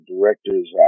directors